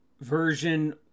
version